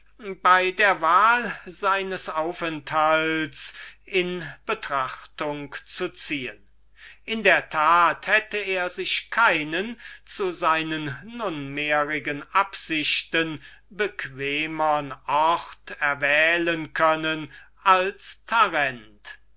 bei der wahl seines aufenthalts in betrachtung zu ziehen in der tat hätte er sich auch keinen zu seinen nunmehrigen absichten bequemern ort erwählen können als